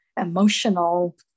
emotional